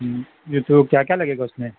ہوں یہ تو کیا کیا لگے گا اس میں